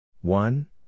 One